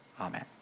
Amen